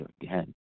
again